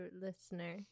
listener